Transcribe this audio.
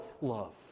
love